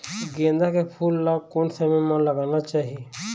गेंदा के फूल ला कोन समय मा लगाना चाही?